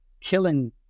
killing